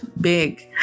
big